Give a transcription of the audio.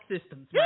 systems